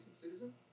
citizen